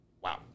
Wow